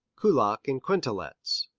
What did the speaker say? kullak in quintolets.